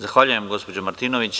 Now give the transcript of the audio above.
Zahvaljujem, gospođo Martinović.